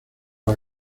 las